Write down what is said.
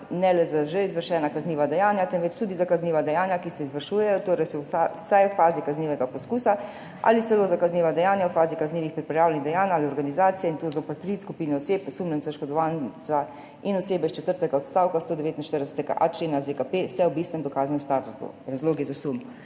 ne le za že izvršena kazniva dejanja, temveč tudi za kazniva dejanja, ki se izvršujejo (torej so vsaj v fazi kaznivega poskusa), ali celo za kazniva dejanja v fazi kaznivih pripravljalnih dejanj ali organizacije, in to zoper tri skupine oseb (osumljenca, oškodovanca in osebe iz četrtega odstavka 149.a člena ZKP) – vse ob istem dokaznem standardu (razlogi za sum).«